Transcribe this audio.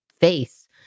face